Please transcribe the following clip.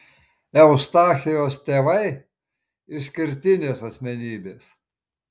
eustachijaus tėvai išskirtinės asmenybės